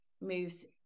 moves